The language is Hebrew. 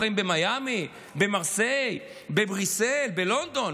ישראלים לא חיים במיאמי, במרסיי, בבריסל, בלונדון?